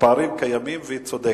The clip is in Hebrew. הפערים קיימים, והיא צודקת.